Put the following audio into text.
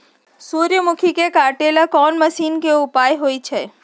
सूर्यमुखी के काटे ला कोंन मशीन के उपयोग होई छइ?